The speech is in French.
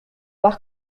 par